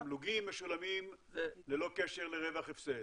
התמלוגים משולמים ללא קשר לרווח או הפסד,